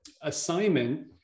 assignment